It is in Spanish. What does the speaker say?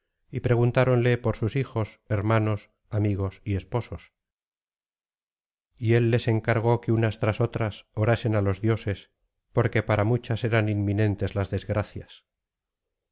y preguntáronle por sus hijos hermanos amigos y esposos y él les encargó que unas tras otras orasen á los dioses porque para muchas eran inminentes las desgracias